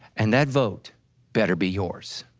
and that vote better be yours.